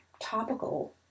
topical